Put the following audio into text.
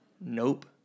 Nope